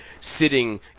sitting